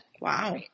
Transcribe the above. Wow